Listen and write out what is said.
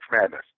Madness